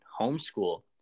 homeschool